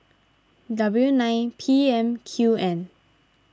W nine P M Q N